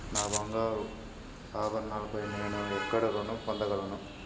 నా బంగారు ఆభరణాలపై నేను ఎక్కడ రుణం పొందగలను?